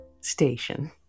station